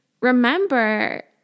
remember